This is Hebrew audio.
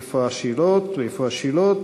איפה השאלות?